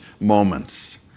moments